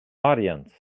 audience